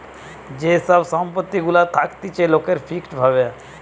যে সব সম্পত্তি গুলা থাকতিছে লোকের ফিক্সড ভাবে